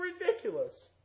ridiculous